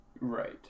right